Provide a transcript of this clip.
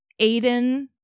Aiden